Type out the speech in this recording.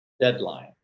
deadline